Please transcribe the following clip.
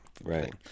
Right